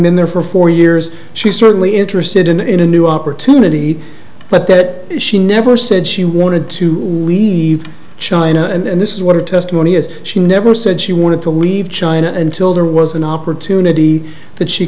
been there for four years she certainly interested in in a new opportunity but that she never said she wanted to leave china and this is what her testimony is she never said she wanted to leave china and till there was an opportunity that she